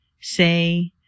Say